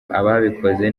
ababikoze